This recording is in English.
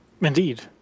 Indeed